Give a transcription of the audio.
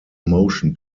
motion